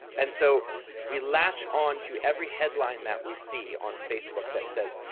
and so we latch onto every headline that we see on facebook that says,